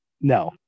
no